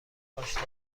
پاشنه